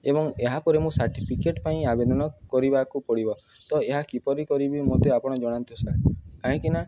ଏବଂ ଏହାପରେ ମୁଁ ସାର୍ଟିଫିକେଟ୍ ପାଇଁ ଆବେଦନ କରିବାକୁ ପଡ଼ିବ ତ ଏହା କିପରି କରିବି ମୋତେ ଆପଣ ଜଣାନ୍ତୁ ସାର୍ କାହିଁକିନା